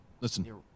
Listen